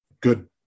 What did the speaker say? good